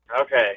Okay